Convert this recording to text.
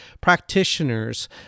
practitioners